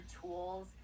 tools